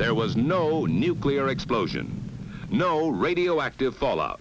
there was no nuclear explosion no radioactive fallout